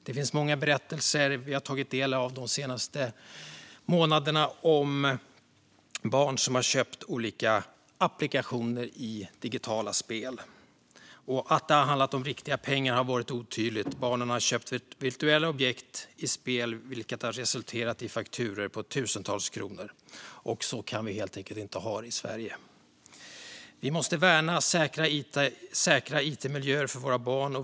Vi har de senaste månaderna tagit del av många berättelser om barn som har köpt olika saker i digitala spel och applikationer. Att det har handlat om riktiga pengar har varit otydligt. Barnen har köpt virtuella objekt i spel, vilket har resulterat i fakturor på tusentals kronor. Så kan vi helt enkelt inte ha det i Sverige. Vi måste värna säkra it-miljöer för våra barn.